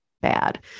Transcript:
bad